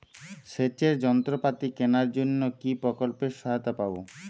সেচের যন্ত্রপাতি কেনার জন্য কি প্রকল্পে সহায়তা পাব?